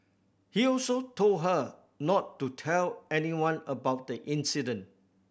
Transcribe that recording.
he also told her not to tell anyone about the incident